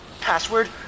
Password